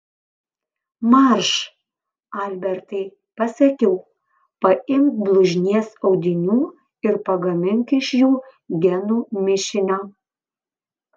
marš albertai pasakiau paimk blužnies audinių ir pagamink iš jų genų mišinio